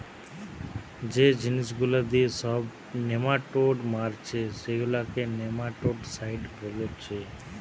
যে জিনিস গুলা দিয়ে সব নেমাটোড মারছে সেগুলাকে নেমাটোডসাইড বোলছে